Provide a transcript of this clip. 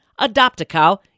Adopt-A-Cow